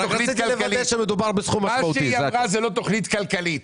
מה שהיא אמרה, זאת לא תכנית כלכלית.